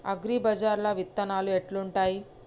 అగ్రిబజార్ల విత్తనాలు ఎట్లుంటయ్?